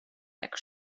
jak